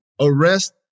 arrest